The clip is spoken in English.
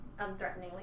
unthreateningly